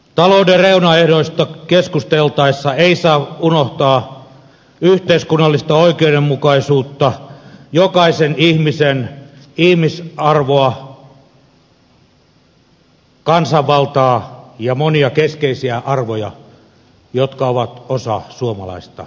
talouden reunaehdoista keskusteltaessa ei saa unohtaa yhteiskunnallista oikeudenmukaisuutta jokaisen ihmisen ihmisarvoa kansanvaltaa ja monia keskeisiä arvoja jotka ovat osa suomalaista menestystarinaa